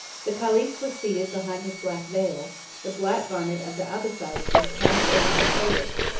the caliph was seated behind his black veil the black garment of the abbassides was cast over his shoulders,